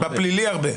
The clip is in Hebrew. הרבה.